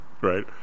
right